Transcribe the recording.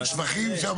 כל, כפי שנאמר